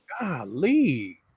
Golly